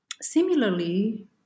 similarly